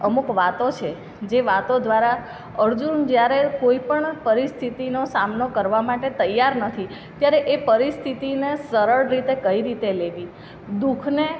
અમુક વાતો છે જે વાતો દ્વારા અર્જુન જ્યારે કોઈ પણ પરિસ્થિતિનો સામનો કરવા માટે તૈયાર નથી ત્યારે એ પરિસ્થિતિને સરળ રીતે કઈ રીતે લેવી દુખને